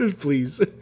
please